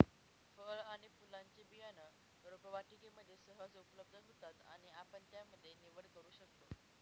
फळ आणि फुलांचे बियाणं रोपवाटिकेमध्ये सहज उपलब्ध होतात आणि आपण त्यामध्ये निवड करू शकतो